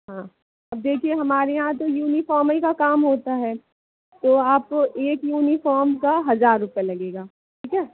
हाँ अब देखिए हमारे यहाँ तो युनिफ़ार्म ही का काम होता है तो आप एक युनिफ़ार्म का हज़ार रुपये लगेगा ठीक है